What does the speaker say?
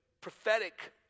prophetic